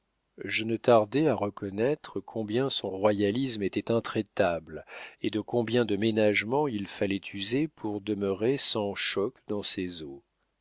je ne tardai pas à reconnaître combien son royalisme était intraitable et de combien de ménagements il fallait user pour demeurer sans choc dans ses eaux